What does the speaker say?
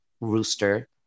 rooster